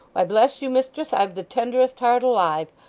why, bless you mistress, i've the tenderest heart alive.